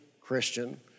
Christian